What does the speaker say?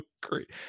great